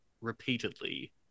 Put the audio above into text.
repeatedly